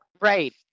right